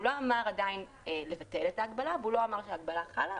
הוא לא אמר עדיין לבטל את ההגבלה והוא גם לא אמר שההגבלה חלה,